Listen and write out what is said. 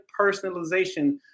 personalization